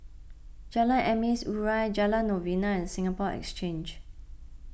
Jalan Emas Urai Jalan Novena and Singapore Exchange